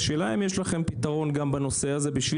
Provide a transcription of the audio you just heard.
השאלה האם יש לכם פתרון גם בנושא הזה כדי